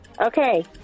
Okay